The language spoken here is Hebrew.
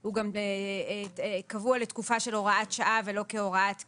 הוא גם קבוע לתקופה של הוראת שעה ולא כהוראת קבע,